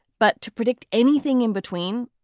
but to predict anything in between,